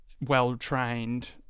well-trained